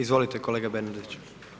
Izvolite kolega Bernardić.